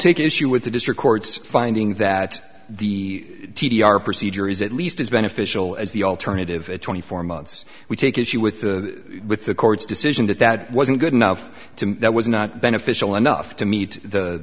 take issue with the district court's finding that the t d r procedure is at least as beneficial as the alternative at twenty four months we take issue with with the court's decision that that wasn't good enough to me that was not beneficial enough to meet the